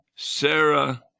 Sarah